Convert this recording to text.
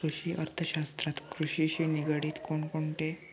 कृषि अर्थशास्त्रात कृषिशी निगडीत कोणकोणते मुख्य विषय असत?